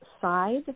side